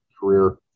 career